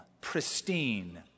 pristine